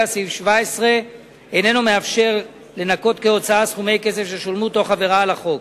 סעיף 17 אינו מאפשר לנכות כהוצאה סכומי כסף ששולמו תוך עבירה על החוק.